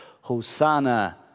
Hosanna